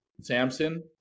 Samson